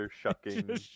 shucking